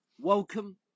Welcome